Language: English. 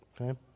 Okay